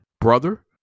brother